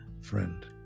friend